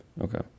okay